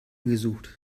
gesucht